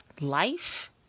life